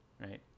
right